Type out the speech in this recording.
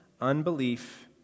unbelief